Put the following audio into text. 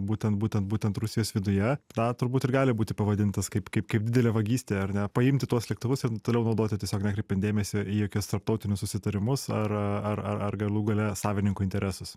būtent būtent būtent rusijos viduje tą turbūt ir gali būti pavadintas kaip kaip kaip didelė vagystė ar ne paimti tuos lėktuvus ir toliau naudoti tiesiog nekreipiant dėmesio į jokius tarptautinius susitarimus ar ar ar galų gale savininkų interesus